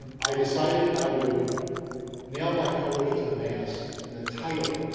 i decided i would nail my colors to the mast, and the title,